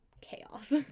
chaos